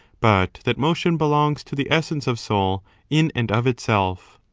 but that motion belongs to the essence of soul in and of itself.